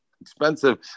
expensive